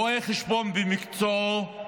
רואה חשבון במקצועו,